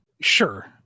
Sure